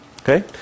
Okay